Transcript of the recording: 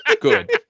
good